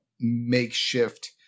makeshift